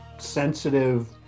sensitive